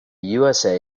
usa